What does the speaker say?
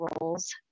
roles